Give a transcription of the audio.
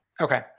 Okay